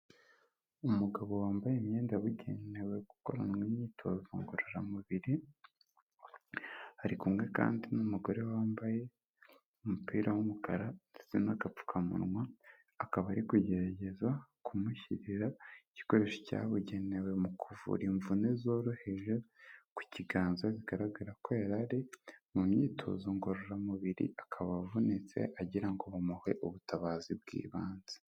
Umugabo wambaye imyenda yabugenewe gukoranwa imyitozo ngororamubiri, ari kumwe kandi n'umugore wambaye umupira w'umukara ndetse n'agapfukamunwa, akaba ari kugerageza kumushyirira igikoresho cyabugenewe mu kuvura imvune zoroheje ku kiganza, bigaragara ko yari ari mu myitozo ngororamubiri akaba avunitse, agira ngo bamuhe ubutabazi bw'ibanze.